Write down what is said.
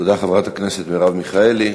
תודה לחברת הכנסת מרב מיכאלי.